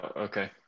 okay